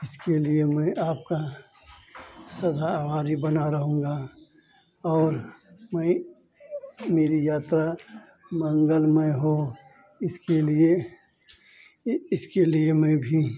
इसके लिए मैं आपका सदा आभारी बना रहूँगा और मैं मेरी यात्रा मंगलमय हो इसके लिए इसके लिए मैं भी